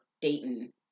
Dayton